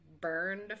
burned